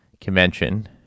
convention